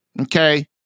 okay